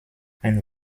ein